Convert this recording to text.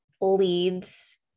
leads